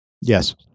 Yes